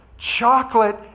Chocolate